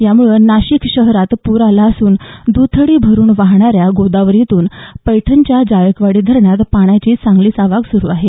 यामुळे नाशिक शहरात पूर आला असून दुथडी भरून वाहणाऱ्या गोदावरीतून पैठणच्या जायकवाडी धरणात पाण्याची चांगलीच आवक सुरू आहे